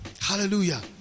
hallelujah